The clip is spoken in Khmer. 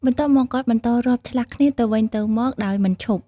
បន្ទាប់មក គាត់បន្តរាប់ឆ្លាស់គ្នាទៅវិញទៅមកដោយមិនឈប់។